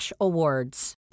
awards